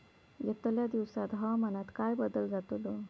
यतल्या दिवसात हवामानात काय बदल जातलो?